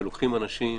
שלוקחים אנשים